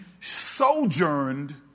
sojourned